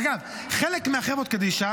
אגב, חלק מהחברות קדישא,